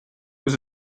was